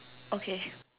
okay